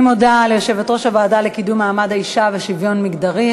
אני מודה ליושבת-ראש הוועדה לקידום מעמד האישה ולשוויון מגדרי,